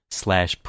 slash